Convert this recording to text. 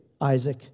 Isaac